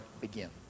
begin